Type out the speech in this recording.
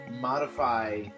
modify